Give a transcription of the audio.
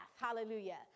Hallelujah